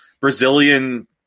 Brazilian